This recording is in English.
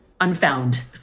unfound